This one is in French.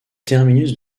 terminus